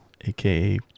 aka